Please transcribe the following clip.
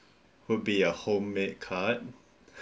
would be a homemade card